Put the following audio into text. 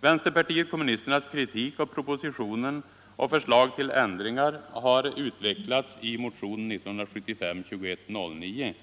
Vänsterpartiet kommunisternas kritik av propositionen och förslag till ändringar har utvecklats i motionen 1975:2109.